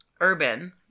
urban